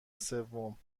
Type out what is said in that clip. سوم